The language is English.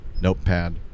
notepad